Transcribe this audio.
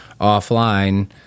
offline